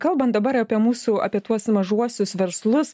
kalbant dabar apie mūsų apie tuos mažuosius verslus